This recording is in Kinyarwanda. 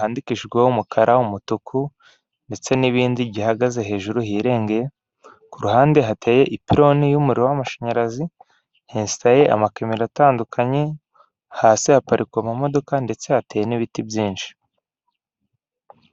hakaba hari n'abantu benshi, hakaba hari inyubako zifite ubucuruzi zigiye zicanye amatara ku mihanda.